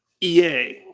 EA